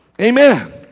Amen